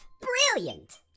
Brilliant